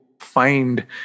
find